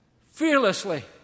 fearlessly